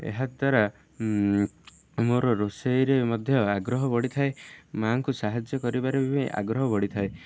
ଏହାଦ୍ୱାରା ମୋର ରୋଷେଇରେ ମଧ୍ୟ ଆଗ୍ରହ ବଢ଼ିଥାଏ ମାଆଙ୍କୁ ସାହାଯ୍ୟ କରିବାରେ ବି ଆଗ୍ରହ ବଢ଼ିଥାଏ